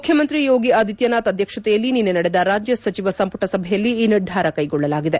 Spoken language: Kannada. ಮುಖ್ಚಮಂತ್ರಿ ಯೋಗಿ ಆದಿತ್ಲನಾಥ್ ಅಧ್ಯಕ್ಷತೆಯಲ್ಲಿ ನಿನ್ನೆ ನಡೆದ ರಾಜ್ಯ ಸಚಿವ ಸಂಪುಟ ಸಭೆಯಲ್ಲಿ ಈ ನಿರ್ಧಾರ ಕೈಗೊಳ್ಳಲಾಗಿದೆ